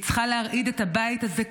היא צריכה להרעיד את הבית הזה כולו,